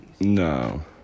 no